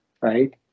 right